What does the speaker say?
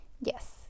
Yes